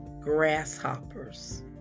grasshoppers